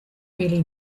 really